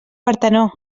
partenó